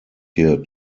here